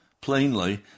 plainly